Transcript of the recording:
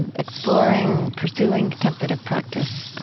and exploring, pursuing contemplative practice,